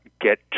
get